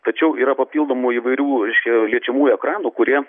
tačiau yra papildomų įvairių reiškia liečiamų ekranų kurie